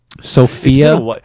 Sophia